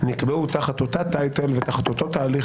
נקבעו תחת אותו טייטל ותחת אותו תהליך